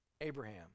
Abraham